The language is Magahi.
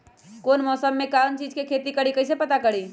कौन मौसम में का चीज़ के खेती करी कईसे पता करी?